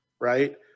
right